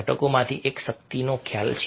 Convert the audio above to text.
ઘટકોમાંથી એક શક્તિનો ખ્યાલ છે